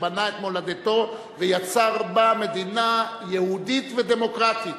בנה את מולדתו ויצר בה מדינה יהודית ודמוקרטית.